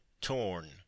torn